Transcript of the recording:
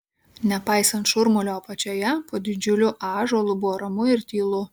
nepaisant šurmulio apačioje po didžiuliu ąžuolu buvo ramu ir tylu